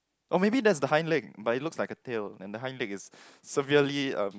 or maybe there is a high leg but it looks like a tail and the high leg is severely um